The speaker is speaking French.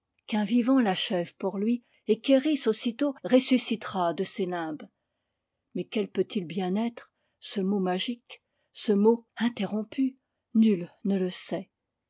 qu'un vivant l'achève pour lui et ker is aussi tôt ressuscitera de ses limbes mais quel peut-il bien être ce mot magique ce mot interrompu nul ne le sait